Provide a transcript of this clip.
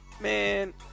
man